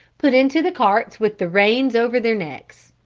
put into the carts with the reins over their necks.